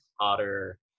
hotter